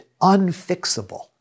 unfixable